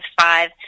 five